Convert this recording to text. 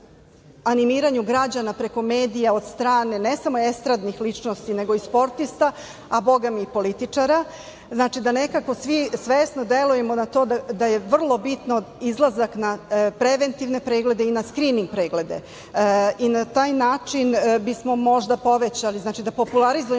animiranju građana preko medija od strane ne samo estradnih ličnosti nego i sportista, a bogami i političara, da nekako svesno delujemo na to da je vrlo bitan izlazak na preventivne preglede i na skrining preglede. Na taj način bismo možda povećali, da popularizujemo